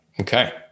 okay